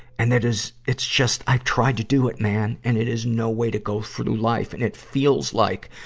and it is, it's just, i tried to do it, man. and it is no way to go through life, and it feels like,